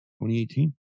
2018